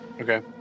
Okay